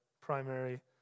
primary